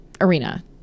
arena